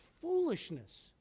foolishness